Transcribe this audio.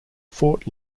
fort